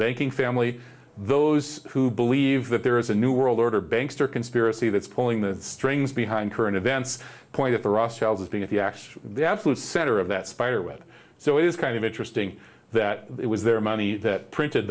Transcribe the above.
banking family those who believe that there is a new world order banks or conspiracy that's pulling the strings behind current events point for us shelves to get the axe the absolute center of that spider web so it's kind of interesting that it was their money that printed